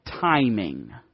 timing